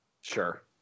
Sure